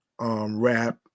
rap